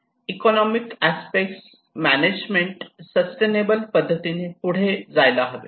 economic aspect management Economic aspect Management sustainable पद्धतीने पुढे जायला हवे